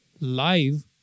live